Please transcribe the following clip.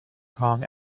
kong